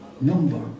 number